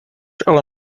ale